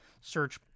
search